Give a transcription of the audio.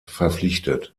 verpflichtet